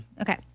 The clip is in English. Okay